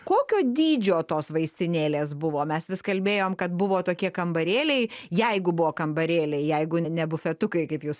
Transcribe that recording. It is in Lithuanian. kokio dydžio tos vaistinėlės buvo mes vis kalbėjom kad buvo tokie kambarėliai jeigu buvo kambarėliai jeigu ne bufetukai kaip jūs